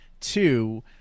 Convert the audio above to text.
two